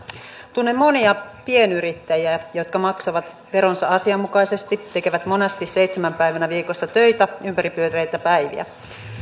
tunnen monia pienyrittäjiä jotka maksavat veronsa asianmukaisesti tekevät monasti seitsemänä päivänä viikossa töitä ympäripyöreitä päiviä